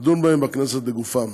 נדון בהם בכנסת לגופם.